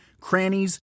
crannies